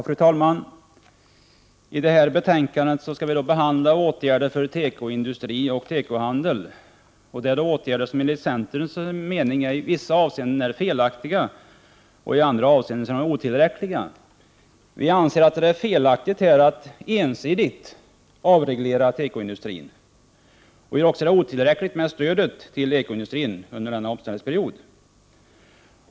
Fru talman! I detta betänkande behandlar vi åtgärder för tekoindustri och tekohandel. De åtgärderna är enligt centerns mening i vissa avseenden felaktiga och i andra avseenden otillräckliga. Vi anser att det är felaktigt att ensidigt avreglera tekoindustrin och att stödet till tekoindustrin är otillräckligt under denna omställningsperiod.